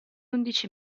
undici